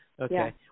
okay